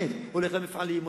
הוא הולך למפעלים,